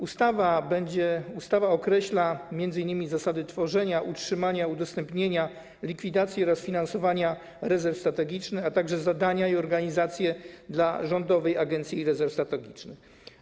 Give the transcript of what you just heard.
Ustawa określa m.in. zasady tworzenia, utrzymania, udostępnienia, likwidacji oraz finansowania rezerw strategicznych, a także zadania i organizacje dla Rządowej Agencji Rezerw Strategicznych.